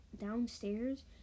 downstairs